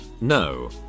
no